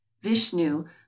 vishnu